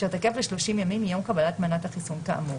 ואשר תקף ל-30 ימים מיום קבלת מנת החיסון כאמור,"